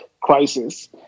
crisis